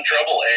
trouble